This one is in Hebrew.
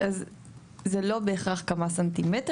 אז זה לא בהכרח כמה סנטימטרים,